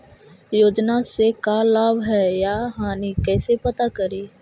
योजना से का लाभ है या हानि कैसे पता करी?